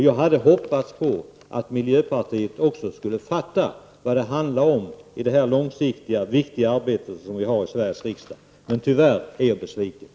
Jag hade hoppats att miljöpartiet också skulle fatta vad det handlar om i detta långsiktiga, viktiga arbete som vi har i Sveriges riksdag. Tyvärr har jag blivit besviken.